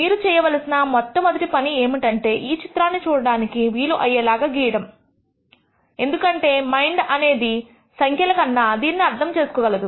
మీరు చేయవలసిన మొట్టమొదటి పని ఏమిటంటే ఈ చిత్రాన్ని చూడడానికి వీలు అయ్యేలాగా గీయడం ఎందుకంటే మైండ్ అనేది సంఖ్యల కన్నా దీనిని అర్థము చేసుకోగలదు